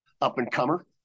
up-and-comer